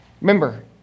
Remember